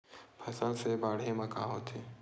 फसल से बाढ़े म का होथे?